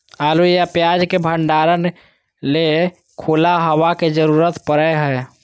आलू या प्याज के भंडारण ले खुला हवा के जरूरत पड़य हय